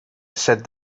said